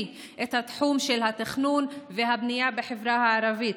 את התחום של התכנון והבנייה בחברה הערבית.